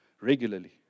regularly